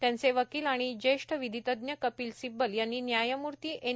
त्यांचे वकील आणि ज्येष्ठ विधितज्ञ कपिल सिब्बल यांनी न्यायमूर्ती एन